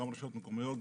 גם רשויות מקומיות,